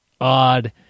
odd